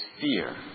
fear